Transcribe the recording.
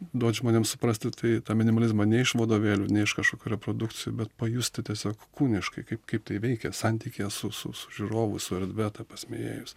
duot žmonėm suprasti tai tą minimalizmą ne iš vadovėlių ne iš kažkokių reprodukcijų bet pajusti tiesiog kūniškai kaip kaip tai veikia santykyje su su žiūrovu su erdve ta prasme įėjus